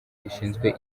rishinzwe